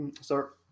sir